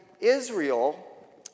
Israel